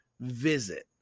visit